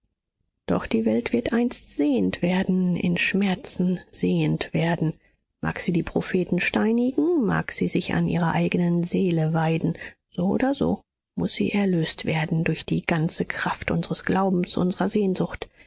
doch die welt wird einst sehend werden in schmerzen sehend werden mag sie die propheten steinigen mag sie sich an ihrer eigenen seele weiden so oder so muß sie erlöst werden durch die ganze kraft unseres glaubens unserer sehnsucht